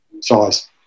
size